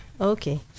Okay